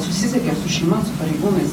susisiekė su šeima su pareigūnais